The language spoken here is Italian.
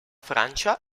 francia